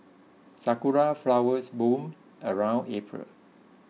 sakura flowers bloom around April